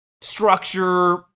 structure